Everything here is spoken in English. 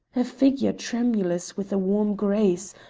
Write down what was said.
a figure tremulous with a warm grace,